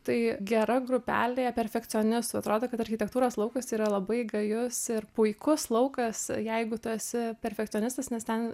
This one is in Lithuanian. tai gera grupelė perfekcionistų atrodo kad architektūros laukas yra labai gajus ir puikus laukas jeigu tu esi perfekcionistas nes ten